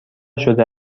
شده